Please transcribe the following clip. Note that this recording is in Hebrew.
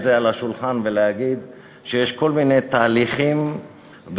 זה על השולחן ולהגיד שיש כל מיני תהליכים ומגמות,